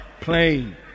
plane